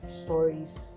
stories